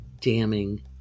damning